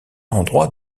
endroits